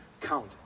count